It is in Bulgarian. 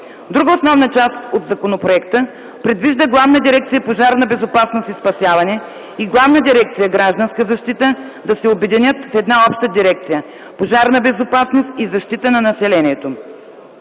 Друга основна част от законопроекта предвижда Главна дирекция „Пожарна безопасност и спасяване” и Главна дирекция „Гражданска защита” да се обединят в една обща дирекция – „Пожарна безопасност и защита на населението”.